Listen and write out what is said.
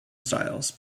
styles